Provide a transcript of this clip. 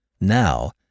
Now